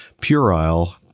puerile